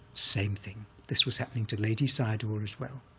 same thing. this was happening to ledi sayadaw as well,